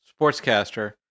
sportscaster